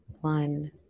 one